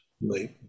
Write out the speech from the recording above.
late